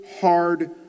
hard